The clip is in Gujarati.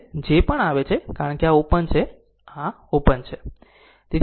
તે જે પણ આવે છે કારણ કે આ ઓપન છે આ ઓપન છે